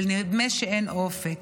ונדמה שאין אופק.